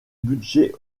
budget